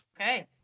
okay